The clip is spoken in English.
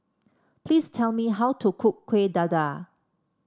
please tell me how to cook Kueh Dadar